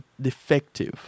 defective